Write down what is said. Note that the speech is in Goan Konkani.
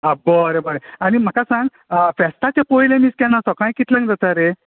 आं बरें बरें आनी म्हाका सांग फेस्ताचे पयलें मिस केन्ना सोकाळी कितल्यांक जाता रे